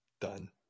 done